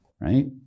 right